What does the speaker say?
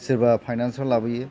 सोरबा फाइनान्सआव लाबोयो